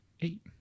eight